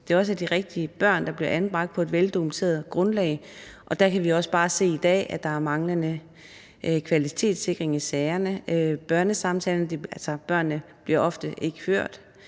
at det også er de rigtige børn, der bliver anbragt på et veldokumenteret grundlag. Der kan vi også bare se i dag, at der er manglende kvalitetssikring i sagerne. Børnene bliver ofte ikke hørt.